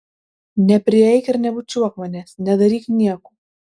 neprieik ir nebučiuok manęs nedaryk nieko